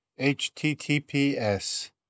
HTTPS